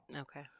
Okay